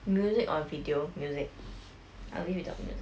music or video music I will live without music